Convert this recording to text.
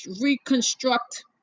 reconstruct